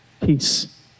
peace